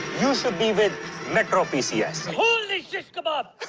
you should be with metro pcs. holy shish kebab!